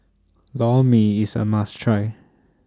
Lor Mee IS A must Try